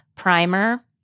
Primer